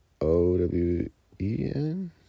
O-W-E-N